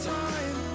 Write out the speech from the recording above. time